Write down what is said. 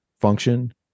function